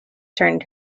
turned